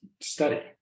study